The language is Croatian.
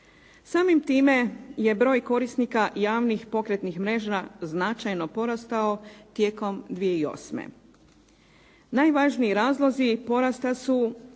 Samim time je broj korisnika javnih pokretnih mreža značajno porastao tijekom 2008. Najvažniji razlozi porasta su